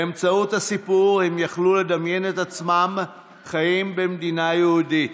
באמצעות הסיפור הם יכלו לדמיין את עצמם חיים במדינה יהודית,